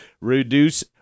reduce